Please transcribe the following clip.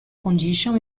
condition